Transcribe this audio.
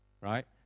right